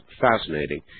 fascinating